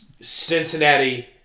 Cincinnati